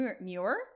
Muir